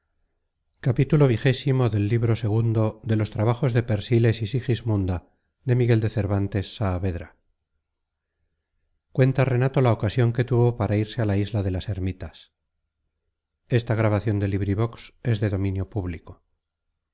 xx cuenta renato la ocasion que tuvo para irse á la isla de las ermitas